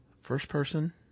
First-person